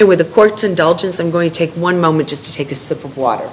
with a court indulgence i'm going to take one moment just to take a sip of water